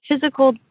physical